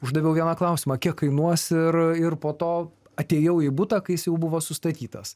uždaviau vieną klausimą kiek kainuos ir ir po to atėjau į butą kai jis jau buvo sustatytas